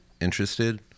interested